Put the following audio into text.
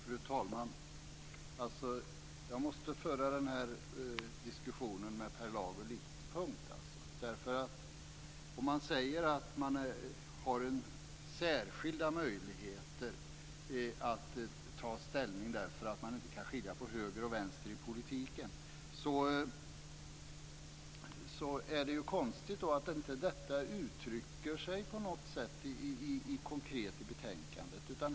Fru talman! Jag måste föra den här diskussionen med Per Lager till punkt. Om man säger att man har särskilda möjligheter att ta ställning därför att man inte kan skilja på höger och vänster i politiken är det konstigt att inte detta på något sätt uttrycker sig konkret i betänkandet.